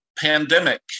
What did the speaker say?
pandemic